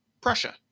Prussia